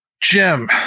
Jim